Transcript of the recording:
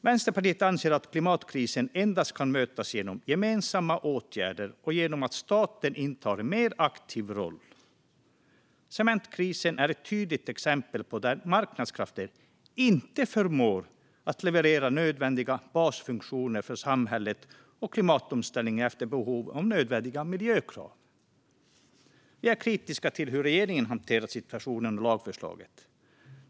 Vänsterpartiet anser att klimatkrisen endast kan mötas genom gemensamma åtgärder och genom att staten intar en mer aktiv roll. Cementkrisen är ett tydligt exempel på att marknadskrafter inte förmår att leverera nödvändiga basfunktioner för samhället och klimatomställningen efter behov och nödvändiga miljökrav. Vi är kritiska till hur regeringen hanterat situationen och lagförslaget.